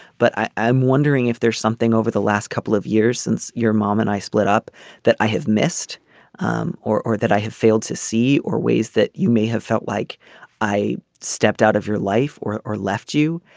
but i'm wondering if there's something over the last couple of years since your mom and i split up that i have missed um or or that i have failed to see or ways that you may have felt like i stepped out of your life or or left you.